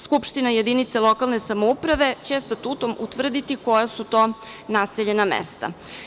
Skupština jedinica lokalne samouprave će statutom utvrditi koja su to naseljena mesta.